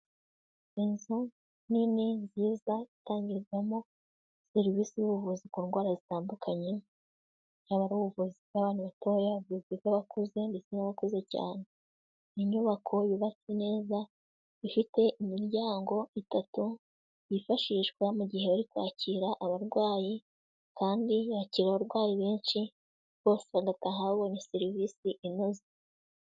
Inzu nini nziza itangirwamo serivisi z'ubuvuzi ku ndwara zitandukanye, yaba ari ubuvuzi bw'abana batoya, ubuvuzi bw'abakuze ndetse n'abakuze cyane, ni inyubako yubatswe neza, ifite imiryango itatu yifashishwa mu gihe bari kwakira abarwayi, kandi yakira abarwayi benshi bose bagataha babonye serivisi inoze.